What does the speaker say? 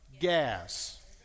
gas